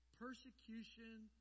persecution